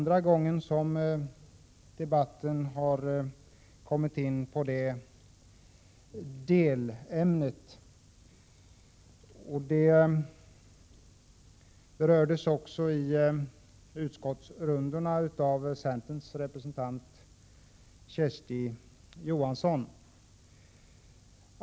Detta berördes också i utskottsrundan av centerns representant Kersti Johansson.